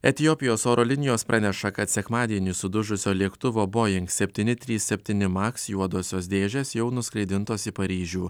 etiopijos oro linijos praneša kad sekmadienį sudužusio lėktuvo boing septyni trys septyni maks juodosios dėžės jau nuskraidintos į paryžių